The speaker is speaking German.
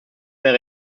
mehr